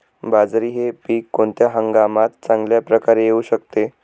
बाजरी हे पीक कोणत्या हंगामात चांगल्या प्रकारे येऊ शकते?